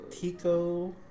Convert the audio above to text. Tico